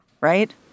right